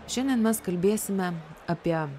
šiandien mes kalbėsime apie